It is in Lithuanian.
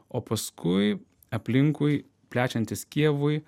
o paskui aplinkui plečiantis kijevui